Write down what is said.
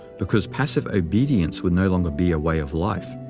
because passive obedience would no longer be a way of life.